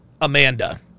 Amanda